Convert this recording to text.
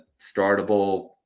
startable